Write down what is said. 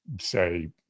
say